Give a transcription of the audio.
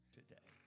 today